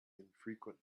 infrequent